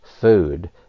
food